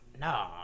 No